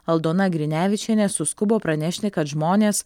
aldona grinevičienė suskubo pranešti kad žmonės